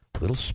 Little